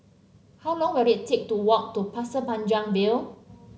how long will it take to walk to Pasir Panjang View